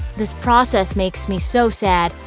this process makes me so sad,